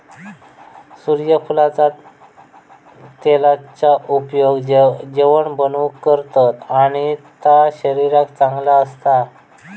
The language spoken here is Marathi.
सुर्यफुलाच्या तेलाचा उपयोग जेवाण बनवूक करतत आणि ता शरीराक चांगला असता